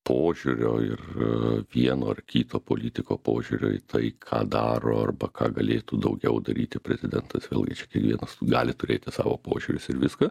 požiūrio ir vieno ar kito politiko požiūrio į tai ką daro arba ką galėtų daugiau daryti prezidentas vėlgi čia kiekvienas gali turėti savo požiūrius ir viską